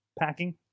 packing